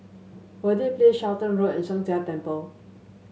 Verde Place Charlton Road and Sheng Jia Temple